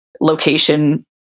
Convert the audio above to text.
location